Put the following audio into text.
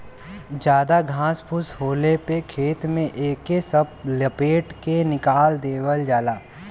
जादा घास फूस होले पे खेत में एके सब लपेट के निकाल देवल जाला